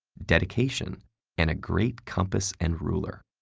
dedication and a great compass and ruler.